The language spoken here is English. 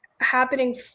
happening